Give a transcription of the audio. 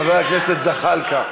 חבר הכנסת זחאלקה,